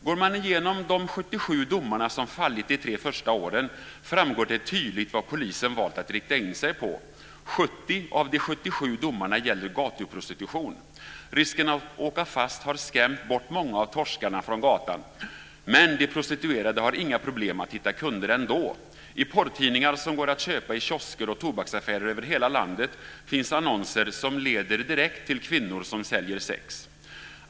Går man igenom de 77 domar som fallit de tre första åren framgår det tydligt vad polisen valt att rikta in sig på. 70 av de 77 domarna gäller gatuprostitution. Risken att åka fast har skrämt bort många av torskarna från gatan, men de prostituerade har inga problem att hitta kunder ändå. I porrtidningar som går att köpa i kiosker och tobaksaffärer över hela landet finns annonser som leder direkt till kvinnor som säljer sex.